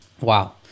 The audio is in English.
Wow